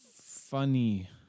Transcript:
Funny